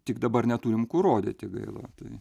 tik dabar neturim kur rodyti gaila tai